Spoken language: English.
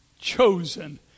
chosen